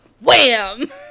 wham